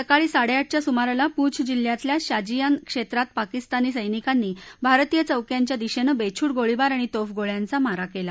सकाळी साडे आठच्या सुमाराला पूंछ जिल्ह्यातल्या शाजियान क्षेत्रात पाकिस्तानी सैनिकांनी भारतीय चौक्यांच्या दिशेनं बेछूट गोळीबार आणि तोफगोळ्यांचा मारा केला